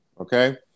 okay